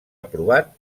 aprovat